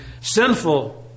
sinful